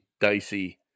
dicey